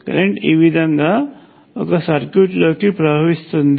current ఈ విధంగా ఒక సర్క్యూట్లోకి ప్రవహిస్తుంది